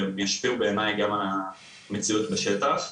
והם ישפיעו בעיניי גם על המציאות בשטח.